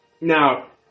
Now